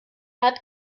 hat